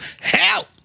Help